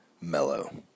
mellow